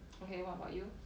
okay what about you